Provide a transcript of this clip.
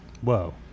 Whoa